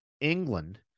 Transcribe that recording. England